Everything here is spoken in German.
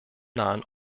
nahen